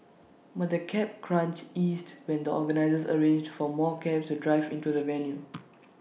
but the cab crunch eased when the organisers arranged for more cabs to drive into the venue